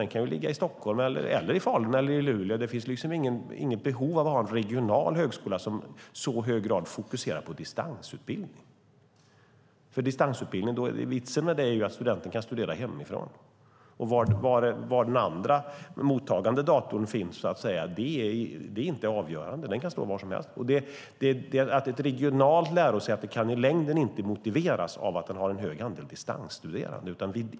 Den kan ligga i Stockholm eller i Falun eller i Luleå; det finns inget behov av en regional högskola som i så hög grad fokuserar på distansutbildning. Vitsen med distansutbildning är att studenten kan studera hemifrån. Det är inte avgörande var den mottagande datorn finns. Den kan stå var som helst. Ett regionalt lärosäte kan i längden inte motiveras av att det har en hög andel distansstuderande.